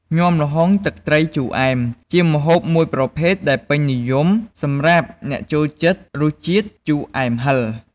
ញំាល្ហុងទឹកត្រីជូរអែម ជាម្ហូបមួយប្រភេទដែលពេញនិយមសម្រាប់អ្នកចូលចិត្តរសជាតិជូរអែមហឹរ។